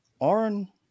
Aaron